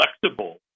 flexible